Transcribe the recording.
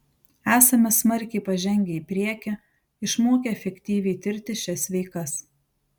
esame smarkiai pažengę į priekį išmokę efektyviai tirti šias veikas